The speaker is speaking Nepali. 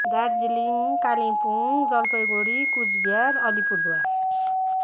दार्जिलिङ कालिम्पोङ जलपाइगुडी कुच बिहार अलिपुरद्वार